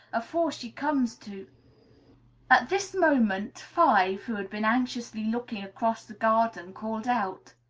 afore she comes, to at this moment, five, who had been anxiously looking across the garden, called out,